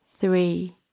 Three